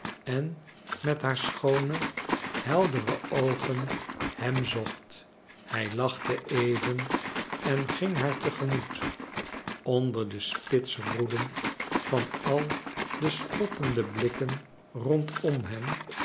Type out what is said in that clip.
en met haar schoone heldere oogen hem zocht hij lachte even en ging haar te gemoet onder de spitsroeden van al de spottende blikken rondom hem